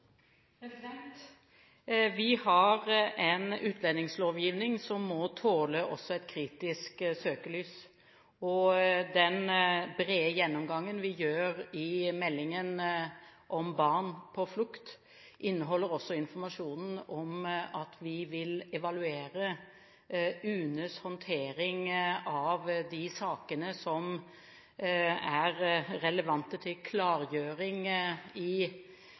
evaluering. Vi har en utlendingslovgivning som også må tåle et kritisk søkelys. Den brede gjennomgangen vi har i meldingen om barn på flukt, inneholder også informasjon om at vi vil evaluere UNEs håndtering av de sakene som er relevante. I